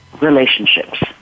relationships